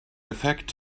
affect